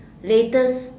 latest